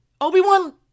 Obi-Wan